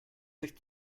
sich